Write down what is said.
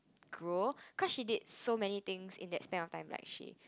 grow cause she did so many things in that span of time like she